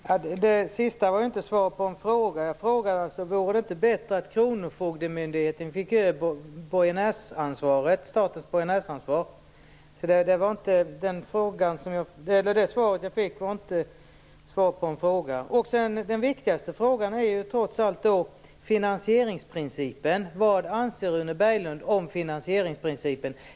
Herr talman! Det sista var inte svar på någon fråga. Jag frågade alltså om det inte vore bättre att kronofogdemyndigheten fick överta statens borgenärsansvar. Det svar jag fick var inte svar på någon fråga. Den viktigaste frågan är ju trots allt vad Rune Berglund anser om finansieringsprincipen.